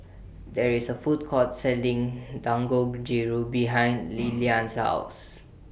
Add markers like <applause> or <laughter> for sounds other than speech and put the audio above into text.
There IS A Food Court Selling Dangojiru behind <noise> Lilian's House